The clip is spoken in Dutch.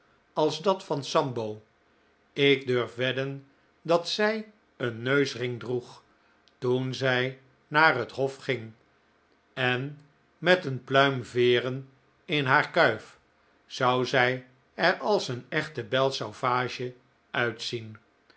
als dat van sambo ik durf wedden dat zij een neusring droeg toen zij naar het hof ging en met een pluim veeren in haar kuif zou z ij er als een echte belle sauvage uitzien